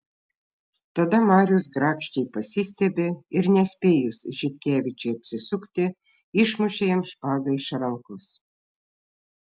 tada marius grakščiai pasistiebė ir nespėjus žitkevičiui apsisukti išmušė jam špagą iš rankos